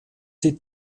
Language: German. die